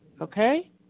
okay